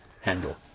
handle